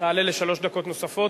תעלה לשלוש דקות נוספות.